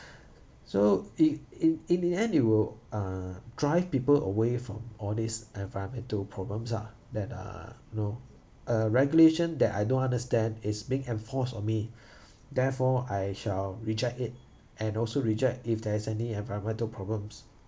so it in in the end it will uh drive people away from all these environmental problems ah that uh you know a regulation that I don't understand is being enforced on me therefore I shall reject it and also reject if there is any environmental problems